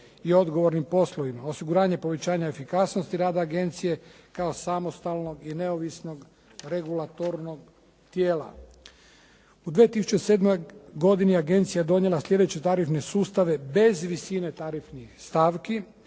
i odgovornim poslovima, osiguranje povećanja efikasnosti rada agencije kao samostalnog i neovisnog regulatornog tijela. U 2007. godini agencija je donijela sljedeće tarifne sustave bez visine tarifnih stavki,